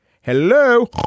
Hello